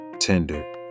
tender